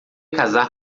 casar